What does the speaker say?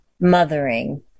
Mothering